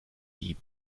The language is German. die